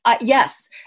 Yes